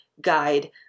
guide